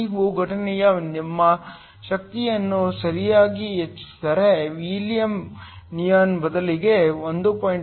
ನೀವು ಘಟನೆಯ ನಮ್ಮ ಶಕ್ತಿಯನ್ನು ಸರಿಯಾಗಿ ಹೆಚ್ಚಿಸಿದರೆ ಹೀಲಿಯಂ ನಿಯಾನ್ ಬದಲಿಗೆ 1